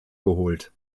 geholt